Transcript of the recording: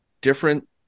different